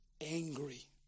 angry